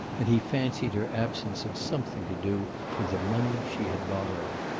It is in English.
and he fancied her absence had something to do with the money she had borrowed.